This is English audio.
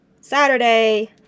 Saturday